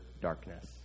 darkness